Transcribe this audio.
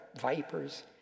vipers